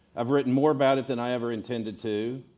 i've written more about it than i ever intended to,